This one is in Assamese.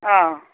অঁ